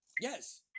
yes